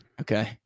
Okay